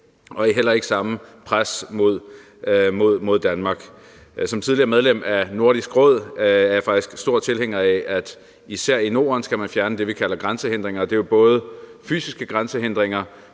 og heller ikke det samme pres mod Danmark. Som tidligere medlem af Nordisk Råd er jeg faktisk stor tilhænger af, at man især i Norden skal fjerne det, vi kalder grænsehindringer, både fysiske grænsehindringer,